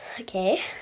Okay